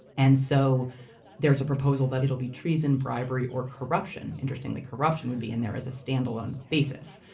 and so there's a proposal that it'll be treason, bribery or corruption. interestingly, corruption would be in there as a standalone basis.